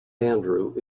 andrew